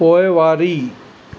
पोइवारी